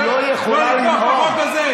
אתם הולכים לא לתמוך בחוק הזה?